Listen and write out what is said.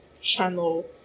channel